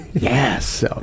Yes